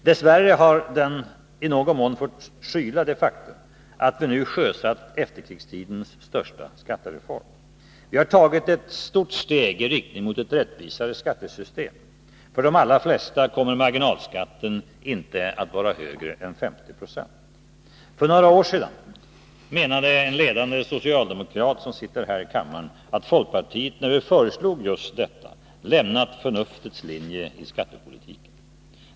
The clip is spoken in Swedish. Dess värre har den debatten i någon mån fått skyla det faktum att vi nu sjösatt efterkrigstidens största skattereform. Vi har tagit ett stort steg i riktning mot ett rättvisare skattesystem. För de allra flesta kommer marginalskatten inte att vara högre än 50 96. För några år sedan menade en ledande socialdemokrat, som sitter här i kammaren, att folkpartiet, när vi föreslog just detta, lämnat förnuftets linje i skattepolitiken.